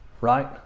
right